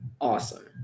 Awesome